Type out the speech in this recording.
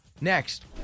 Next